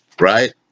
right